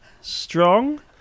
Strong